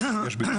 יש פתגם